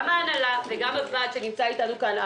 גם ההנהלה וגם הוועד שנמצא איתנו כאן,